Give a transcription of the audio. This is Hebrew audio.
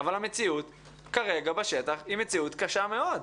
אבל המציאות כרגע בשטח היא מציאות קשה מאוד.